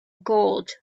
gold